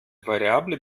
variabler